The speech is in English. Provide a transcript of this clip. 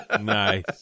Nice